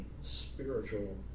spiritual